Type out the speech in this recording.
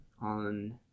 on